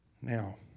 Now